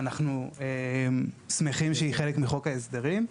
אנחנו שמים שהיא חלק מחוק ההסדרים.